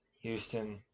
Houston